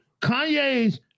Kanye's